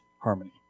harmony